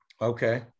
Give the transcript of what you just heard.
okay